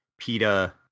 PETA